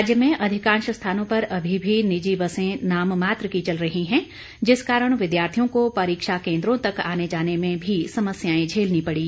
राज्य में अधिकांश स्थानों पर अभी भी निजी बसें नाम मात्र की चल रही है जिस कारण विद्यार्थियों को परीक्षा केंद्रों तक आने जाने में भी समस्याएं झेलनी पड़ी